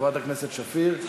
חברת הכנסת שפיר.